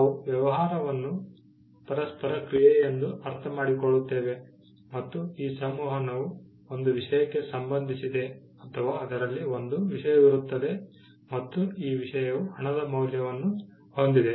ನಾವು ವ್ಯವಹಾರವನ್ನು ಪರಸ್ಪರ ಕ್ರಿಯೆಯೆಂದು ಅರ್ಥಮಾಡಿಕೊಳ್ಳುತ್ತೇವೆ ಮತ್ತು ಈ ಸಂವಹನವು ಒಂದು ವಿಷಯಕ್ಕೆ ಸಂಬಂಧಿಸಿದೆ ಅಥವಾ ಅದರಲ್ಲಿ ಒಂದು ವಿಷಯವಿರುತ್ತದೆ ಮತ್ತು ಈ ವಿಷಯವು ಹಣದ ಮೌಲ್ಯವನ್ನು ಹೊಂದಿದೆ